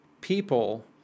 people